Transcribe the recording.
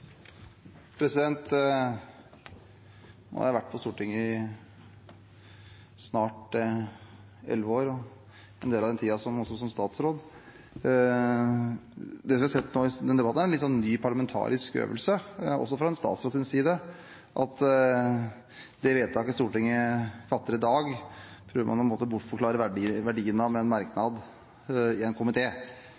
Nå har jeg vært på Stortinget i snart elleve år, og en del av den tiden også som statsråd. Det vi har sett i denne debatten, er en litt ny parlamentarisk øvelse, også fra en statsråds side, ved at en på en måte prøver å bortforklare verdien av det vedtaket Stortinget fatter i dag,